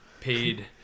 paid